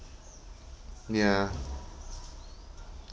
ya